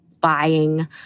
buying